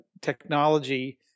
Technology